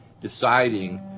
deciding